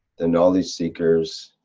the knowledge seekers.